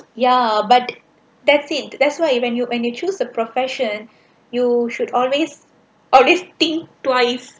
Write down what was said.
ya but that's it that's why you when you when you choose a profession you should always always think twice